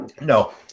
No